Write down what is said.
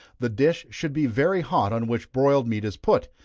the dish should be very hot on which broiled meat is put,